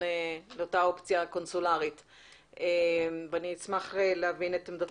אופציה קונסולרית ואני אשמח להבין את עמדתכם.